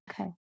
Okay